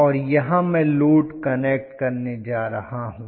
और यहां मैं लोड कनेक्ट करने जा रहा हूं